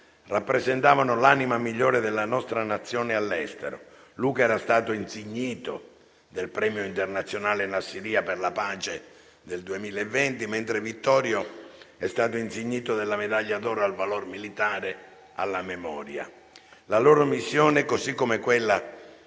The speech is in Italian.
rappresentavano l'anima migliore della nostra Nazione all'estero. Luca era stato insignito del Premio internazionale Nassiriya per la pace nel 2020, mentre Vittorio è stato insignito della Medaglia d'oro al valor militare alla memoria. La loro missione, così come quella